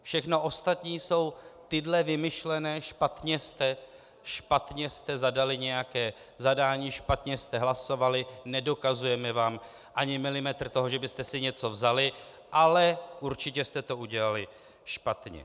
Všechno ostatní jsou tyhle vymyšlené špatně jste zadali nějaké zadání, špatně jste hlasovali, nedokazujeme vám ani milimetr toho, že byste si něco vzali, ale určitě jste to udělali špatně.